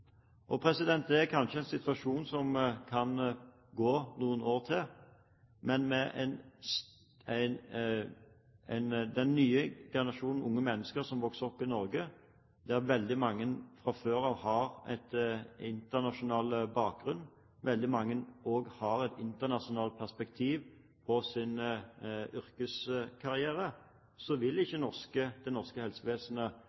Det er kanskje en situasjon som kan gå noen år til, men med den nye generasjonen unge mennesker som vokser opp i Norge, der veldig mange fra før av har en internasjonal bakgrunn og veldig mange også har et internasjonalt perspektiv på sin yrkeskarriere, vil